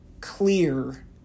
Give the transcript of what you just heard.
clear